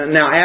Now